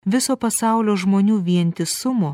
viso pasaulio žmonių vientisumo